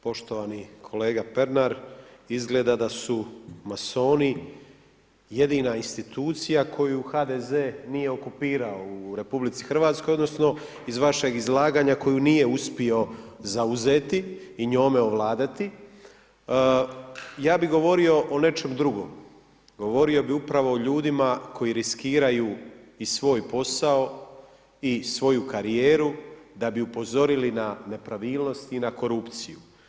Poštovani kolega Pernar izgleda da su masoni jedina institucija koju HDZ nije okupirao u RH odnosno iz vašeg izlaganja koju nije uspio zauzeti i njome ovladati ja bi govorio o nečem drugom govorio bi upravo o ljudima koji riskiraju i svoj posao i svoju karijeru da bi upozorili na nepravilnosti i korupciju.